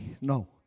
no